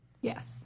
Yes